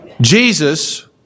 Jesus